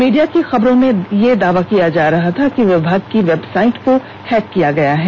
media की खबरों में ये दावा किया जा रहा था कि विभाग की वेबसाइट को हैक कर लिया गया है